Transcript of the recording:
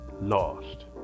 lost